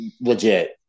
legit